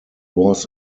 was